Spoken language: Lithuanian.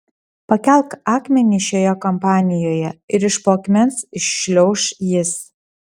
pakelk akmenį šioje kampanijoje ir iš po akmens iššliauš jis